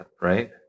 right